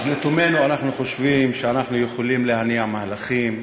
אז לתומנו אנחנו חושבים שאנחנו יכולים להניע מהלכים,